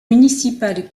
municipales